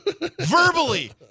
verbally